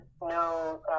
no